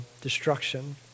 destruction